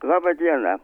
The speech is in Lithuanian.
laba diena